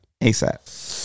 ASAP